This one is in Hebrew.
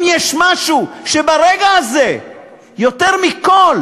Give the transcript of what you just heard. אם יש משהו שברגע זה יותר מכול